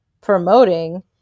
promoting